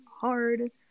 hard